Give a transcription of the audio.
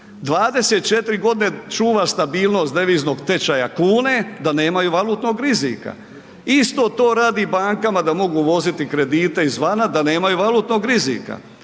24 godine čuva stabilnost deviznog tečaja kune, da nemaju valutnog rizika. Isto to radi bankama da mogu voziti kredite izvana da nemaju valutnog rizika.